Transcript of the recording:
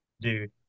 dude